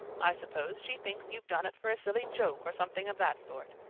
i suppose she thinks you've done it for a silly joke or something of that sort.